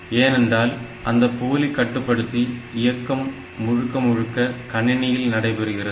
ஏனென்றால் அந்த போலி கட்டுப்படுத்தி இயக்கம் முழுக்க முழுக்க கணினியில் நடைபெறுகிறது